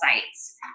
sites